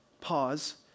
pause